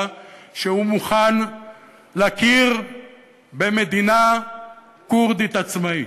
אומר שהוא מוכן להכיר במדינה כורדית עצמאית.